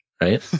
right